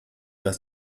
does